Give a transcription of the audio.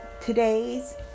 today's